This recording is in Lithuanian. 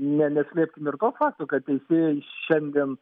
neslėpkim ir to fakto kad teisėjai šiandien